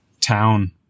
town